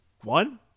One